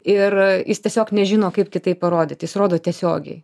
ir jis tiesiog nežino kaip kitaip parodyt jis rodo tiesiogiai